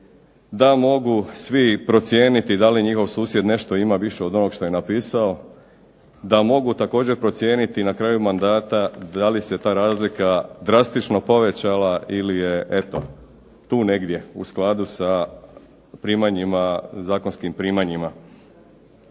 da mogu svi procijeniti da li njihov susjed nešto ima više od onog što je napisao, da mogu također procijeniti na kraju mandata da li se ta razlika drastično povećala ili je eto, tu negdje u skladu sa zakonskim primanjima.